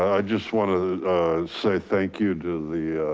i just want to say thank you to the